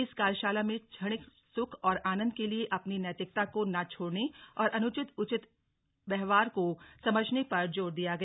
इस कार्यशाला में क्षणिक सुख और आनन्द के लिए अपनी नैतिकता को न छोड़ने और अनुचित उचित व्यवहार को समझने पर जोर दिया गया